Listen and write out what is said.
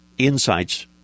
insights